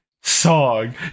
song